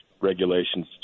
regulations